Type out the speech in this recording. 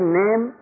name